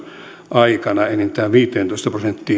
aikana enintään viiteentoista prosenttiin ovat